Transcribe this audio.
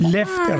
Left